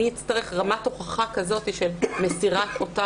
אני אצטרך רמת הוכחה כזאת של מסירת אותה